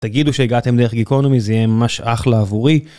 תגידו שהגעתם דרך גיקונומי זה יהיה ממש אחלה עבורי.